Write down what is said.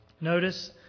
notice